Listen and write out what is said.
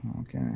Okay